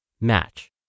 match